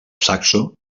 saxo